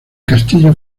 castillo